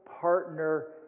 partner